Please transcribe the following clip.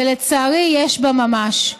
ולצערי יש בה ממש.